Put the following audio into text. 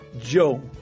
Joe